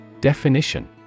Definition